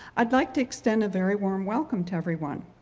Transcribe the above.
i'd like to extend a very warm welcome to everyone.